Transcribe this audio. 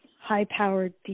high-powered